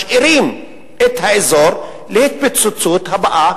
משאירים את האזור להתפוצצות הבאה,